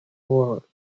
world